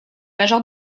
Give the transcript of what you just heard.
major